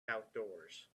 outdoors